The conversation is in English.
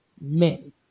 men